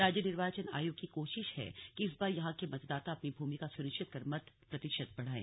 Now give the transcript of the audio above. राज्य निर्वाचन आयोग की कोशिश है कि इस बार यहां के मतदाता अपनी भूमिका सुनिश्चित कर मत प्रतिशत बढ़ाएं